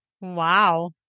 Wow